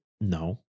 No